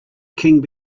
king